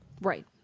Right